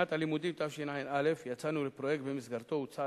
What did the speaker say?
בשנת הלימודים תשע"א יצאנו לפרויקט שבמסגרתו הוצע